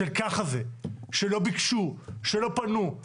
של ככה זה, שלא ביקשו, שלא פנו.